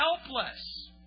helpless